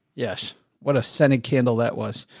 yes. what a scented candle that was,